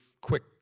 quick